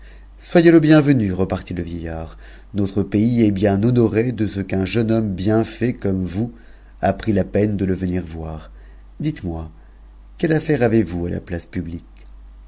soyez le bieuvenu repartit le vieillard notre pays est bien honoré de ce qu'un jeune homme bien fait comme vous a pris la peine de le venir voir dites-moi quelle auaire avez-vous à la place publique